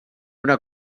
una